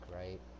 right